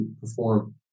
perform